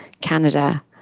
Canada